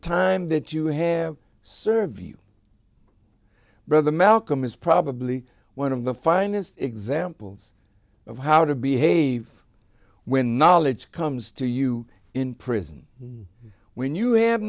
time that you have serve you brother malcolm is probably one of the finest examples of how to behave when knowledge comes to you in prison when you